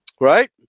right